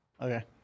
Okay